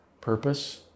purpose